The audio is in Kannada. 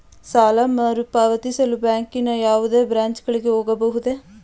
ಸಾಲ ಮರುಪಾವತಿಸಲು ಬ್ಯಾಂಕಿನ ಯಾವುದೇ ಬ್ರಾಂಚ್ ಗಳಿಗೆ ಹೋಗಬಹುದೇ?